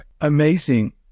Amazing